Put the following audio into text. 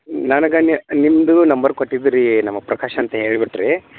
ನನಗನ್ಯ ನಿಮ್ಮದು ನಂಬರ್ ಕೊಟ್ಟಿದ್ದು ರೀ ನಮ್ಮ ಪ್ರಕಾಶ್ ಅಂತ ಹೇಳ್ಬಿಟ್ಟು ರೀ